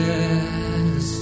Yes